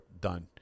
done